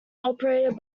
operated